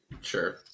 Sure